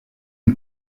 une